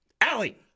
Allie